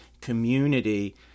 community